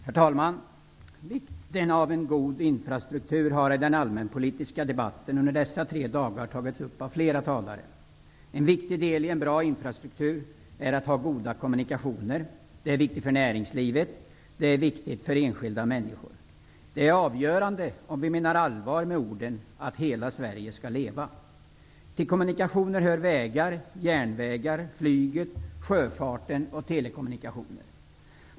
Herr talman! Vikten av en god infrastruktur har i den allmänpolitiska debatten under dessa tre dagar betonats av flera talare. En viktig del i en bra infrastruktur är att ha goda kommunikationer. Det är viktigt för näringslivet, och det är viktigt för de enskilda människorna. Det är avgörande om vi menar allvar med orden: Hela Sverige skall leva. Till kommunikationer hör vägar, järnvägar, flyg, sjöfart och telekommunikationer.